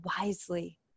wisely